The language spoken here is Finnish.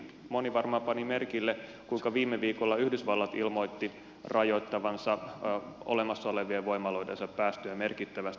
moni varmaan pani merkille kuinka viime viikolla yhdysvallat ilmoitti rajoittavansa olemassa olevien voimaloidensa päästöjä merkittävästi